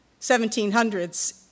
1700s